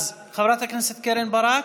אז חברת הכנסת קרן ברק,